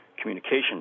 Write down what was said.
communication